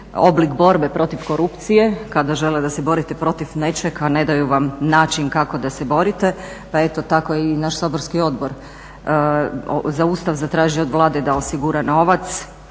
oblik borbe protiv korupcije kada želite da se borite protiv nečeg, a ne daju vam način kako da se borite. Pa eto tako i naš saborski Odbor za Ustav zatražio od Vlade da osigura novac.